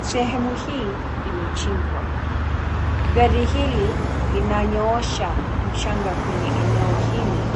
Sehemu hii imechimbwa. Gari hili linanyoosha mchanga kwenye eneo hili.